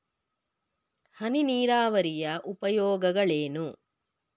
ಹನಿ ನೀರಾವರಿಯ ಉಪಯೋಗಗಳೇನು?